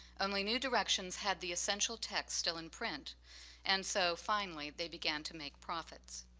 only new directions had the essential text still in print and so, finally, they began to make profits.